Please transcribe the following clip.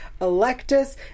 Electus